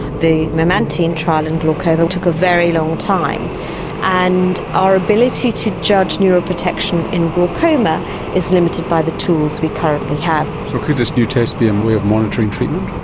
the memantine trial in glaucoma took a very long time and our ability to judge neuro protection in glaucoma is limited by the tools we currently have. so could this new test be a um way of monitoring treatment?